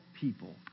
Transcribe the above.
people